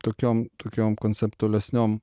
tokiom tokiom konceptualesniom